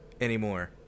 anymore